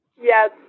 Yes